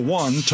one